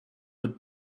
would